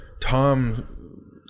tom